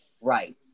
Right